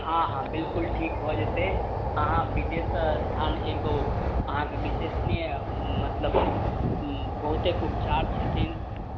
हाँ हाँ बिलकुल ठीक भऽ जेतै अहाँ बिदेश्वर स्थान एगो अहाँके विशेषनीय मतलब बहुतेक उपचार छथिन